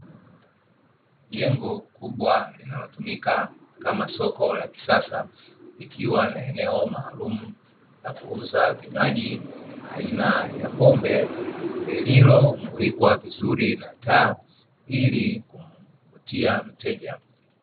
Jengo kubwa linalotumika kama soko la kisasa, likiwa na eneo maalum la kuuza vinywaji aina ya pombe lililomulikwa vizuri na taa ili kumvutia mteja.